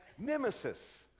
Nemesis